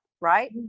right